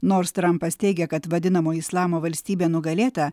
nors trampas teigia kad vadinamoji islamo valstybė nugalėta